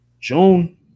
June